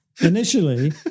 initially